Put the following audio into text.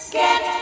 get